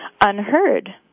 unheard